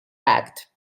act